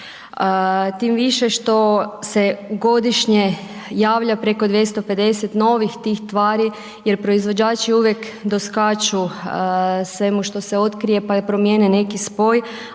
Tim više što se godišnje javlja preko 250 novih tih tvari jer proizvođači uvijek doskaču svemu što se otkrije, pa je promijene neki spoj,